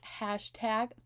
hashtag